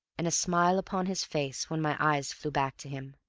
and a smile upon his face, when my eyes flew back to him.